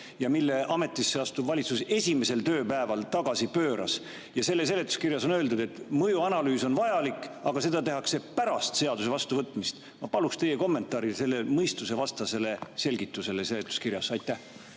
mille ametisse astuv valitsus esimesel tööpäeval tagasi pööras. Selle seletuskirjas on öeldud, et mõjuanalüüs on vajalik, aga seda tehakse pärast seaduse vastuvõtmist. Ma paluksin teie kommentaari sellele mõistusevastasele selgitusele seletuskirjas. Aitäh!